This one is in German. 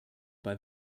bei